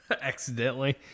Accidentally